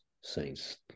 saints